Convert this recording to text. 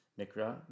Mikra